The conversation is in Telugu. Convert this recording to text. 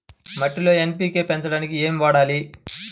మట్టిలో ఎన్.పీ.కే పెంచడానికి ఏమి వాడాలి?